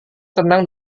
tenang